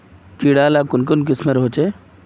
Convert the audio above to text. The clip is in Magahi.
कीड़ा ला कुन कुन किस्मेर होचए?